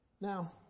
Now